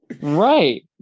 Right